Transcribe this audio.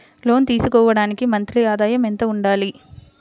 లోను తీసుకోవడానికి మంత్లీ ఆదాయము ఎంత ఉండాలి?